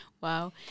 Wow